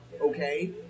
okay